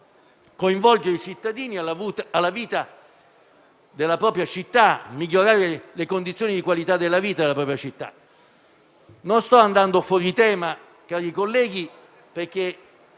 Non sto andando fuori tema, cari colleghi, perché